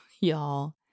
y'all